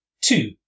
Two